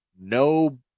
No